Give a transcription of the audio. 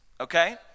okay